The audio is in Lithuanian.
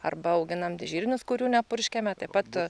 arba auginame žirnius kurių nepurškiame taip pat